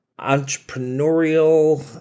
entrepreneurial